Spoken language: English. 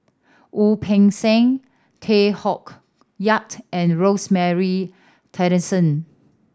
Wu Peng Seng Tay Koh Yat and Rosemary Tessensohn